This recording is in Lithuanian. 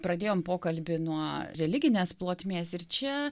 pradėjom pokalbį nuo religinės plotmės ir čia